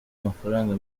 amafaranga